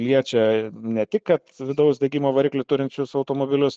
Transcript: liečia ne tik kad vidaus degimo variklį turinčius automobilius